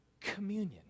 Communion